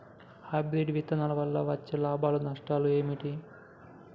Hybrid విత్తనాల వల్ల వచ్చే లాభాలు నష్టాలు ఏమిటి?